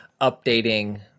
updating